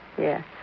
Yes